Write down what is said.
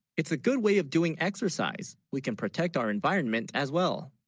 it's a good, way of doing exercise we can protect our environment as, well?